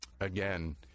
Again